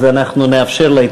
אז אנחנו נאפשר לה.